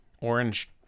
orange